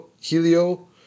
Helio